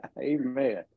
Amen